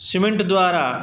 cement द्वारा